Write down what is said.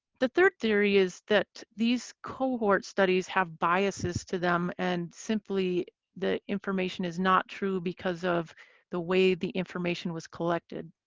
the third theory is that these cohort studies have biases to them and simply the information is not true because of the way the information was collected.